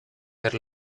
per